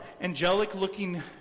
angelic-looking